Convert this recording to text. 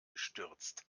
gestürzt